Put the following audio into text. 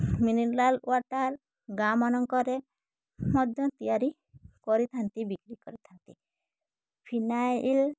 mineral water ଗାଁମାନଙ୍କରେ ମଧ୍ୟ ତିଆରି କରିଥାନ୍ତି ବିକ୍ରି କରିଥାନ୍ତି ଫିନାଇଲ୍